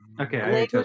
Okay